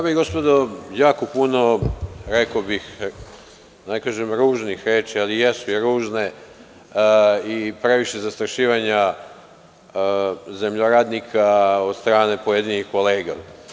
Dame i gospodo, jako puno, rekao bih, da ne kažem ružnih reči, ali jesu i ružne i previše zastrašivanja zemljoradnika od strane pojedinih kolega.